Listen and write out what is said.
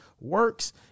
works